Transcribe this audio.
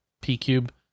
P-Cube